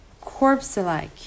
corpse-like